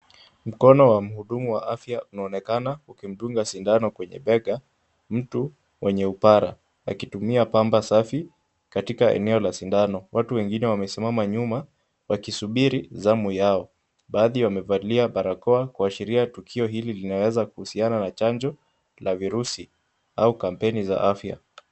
Mkono wa mhudumu wa afya unaonekana ukimdunga sindano kwenye bega mtu wenye upara akitumia pamba safi katika eneo la sindano. Watu wengine wamesimama nyuma wakisubiri zamu yao, baadhi wamevalia barakoa kuashiria tukio hili linaweza kuhusiana na chanjo la virusi au kampeni za afya.